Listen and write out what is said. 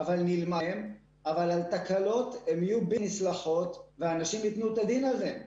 אבל תקלות יהיו בלתי נסלחות ואנשים ייתנו את הדין עליהן.